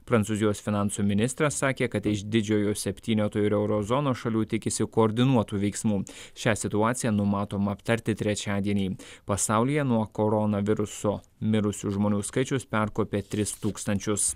prancūzijos finansų ministras sakė kad iš didžiojo septyneto ir euro zonos šalių tikisi koordinuotų veiksmų šią situaciją numatoma aptarti trečiadienį pasaulyje nuo koronaviruso mirusių žmonių skaičius perkopė tris tūkstančius